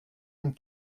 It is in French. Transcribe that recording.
une